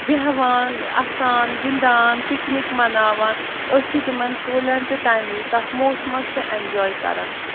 بٮ۪ہوان اَسان گِندان پِکنِک مَناوان أسۍ چھِ تِمَن کوٗلَن تہِ تَمہِ ِزِ تَتھ موسمَس تہِ اٮ۪نجاے کران